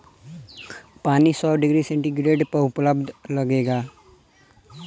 पानी सौ degree centigrade पर उबले लागेला